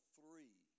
three